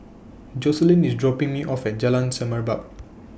Jocelyn IS dropping Me off At Jalan Semerbak